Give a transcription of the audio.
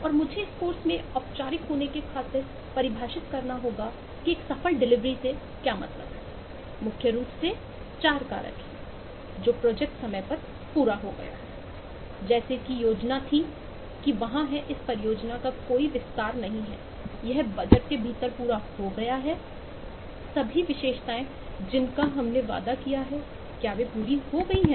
और मुझे इस कोर्स में औपचारिक होने की खातिर परिभाषित करना होगा कि एक सफल डिलीवरी से क्या मतलब है मुख्य रूप से 4 कारक है कि जो प्रोजेक्ट समय पर पूरा हो गया है जैसा कि योजना थी कि वहाँ है इस परियोजना का कोई विस्तार नहीं है यह बजट के भीतर पूरा हो गया है सभी विशेषताएंजिनका हमने वादा किया है वो पूरी हो गई है